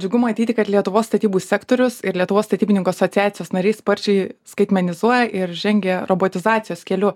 džiugu matyti kad lietuvos statybų sektorius ir lietuvos statybininkų asociacijos nariai sparčiai skaitmenizuoja ir žengia robotizacijos keliu